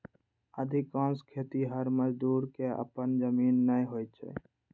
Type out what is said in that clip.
अधिकांश खेतिहर मजदूर कें अपन जमीन नै होइ छै